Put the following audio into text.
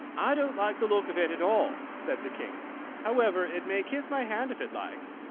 i don't like the look of it at all, said the king however, it may kiss my hand if it likes.